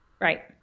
Right